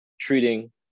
treating